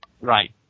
right